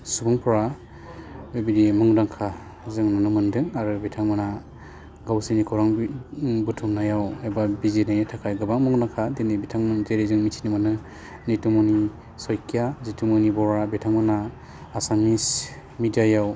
सुबुंफोरा बेबायदि मुंदांखा जों नुनो मोनदों आरो बिथांमोनहा गावसिनि खौरां बुथुमनायाव एबा बिजिरनि थाखाय गोबां मुंदांखा दिनै बिथांमोन जेरै जों मिथिनो मोनो निटुमुनि सइकिया जिटुमुनि बरा बिथांमोना आसामिस मेदियायाव